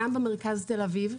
גם במרכז תל אביב,